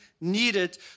needed